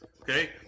Okay